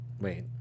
Wait